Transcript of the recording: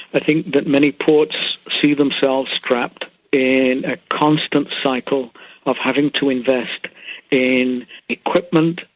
i think that many ports see themselves trapped in a constant cycle of having to invest in equipment,